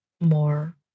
more